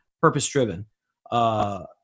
purpose-driven